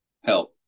help